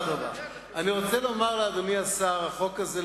אני רוצה לומר לאדוני השר: החוק הזה,